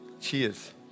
Cheers